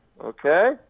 Okay